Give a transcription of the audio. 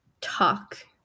talk